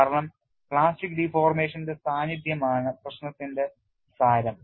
കാരണം plastic deformation ന്റെ സാന്നിധ്യമാണ് പ്രശ്നത്തിന്റെ സാരം